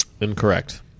Incorrect